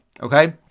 okay